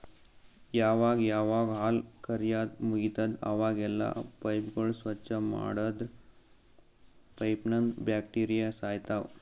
ಯಾವಾಗ್ ಯಾವಾಗ್ ಹಾಲ್ ಕರ್ಯಾದ್ ಮುಗಿತದ್ ಅವಾಗೆಲ್ಲಾ ಪೈಪ್ಗೋಳ್ ಸ್ವಚ್ಚ್ ಮಾಡದ್ರ್ ಪೈಪ್ನಂದ್ ಬ್ಯಾಕ್ಟೀರಿಯಾ ಸಾಯ್ತವ್